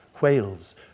whales